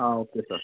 ആ okay sir